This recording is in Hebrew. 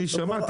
אני שמעתי.